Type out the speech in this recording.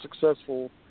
successful